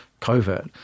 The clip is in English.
covert